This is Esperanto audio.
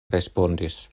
respondis